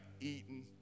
eaten